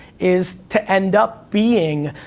is to end up being,